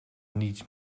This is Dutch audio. niets